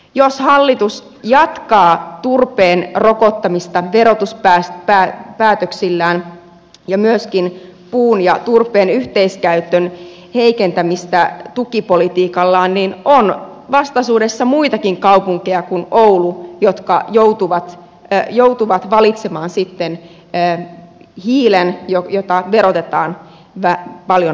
jos hallitus jatkaa turpeen rokottamista verotuspäätöksillään ja myöskin puun ja turpeen yhteiskäytön heikentämistä tukipolitiikallaan niin on vastaisuudessa muitakin kaupunkeja kuin oulu jotka joutuvat valitsemaan sitten hiilen jota verotetaan paljon vähemmän